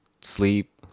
sleep